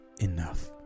enough